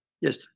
Yes